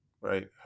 right